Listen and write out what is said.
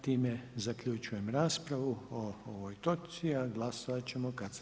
Time zaključujem raspravu po ovoj točci, a glasovat ćemo kada se